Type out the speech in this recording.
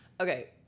okay